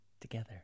together